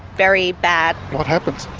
very bad. what happened?